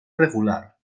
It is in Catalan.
regular